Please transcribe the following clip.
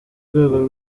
rwego